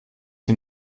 sie